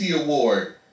award